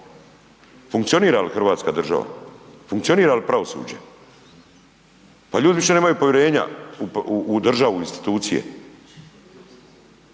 Funkcionira li hrvatska država? Funkcionira li pravosuđe? Pa ljudi više nemaju povjerenja u državu i institucije.